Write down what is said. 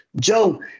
Joe